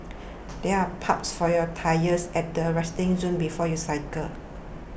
there are pumps for your tyres at the resting zone before you cycle